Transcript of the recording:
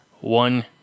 one